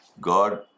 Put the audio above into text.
God